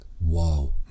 wow